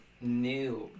new